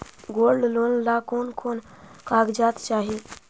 Gold loan ला कौन कौन कागजात चाही?